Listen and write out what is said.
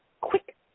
quick